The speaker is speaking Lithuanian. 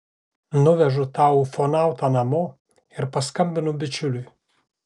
nuvežu tą ufonautą namo ir paskambinu bičiuliui